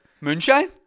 moonshine